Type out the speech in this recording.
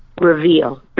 Reveal